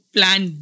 Plan